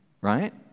right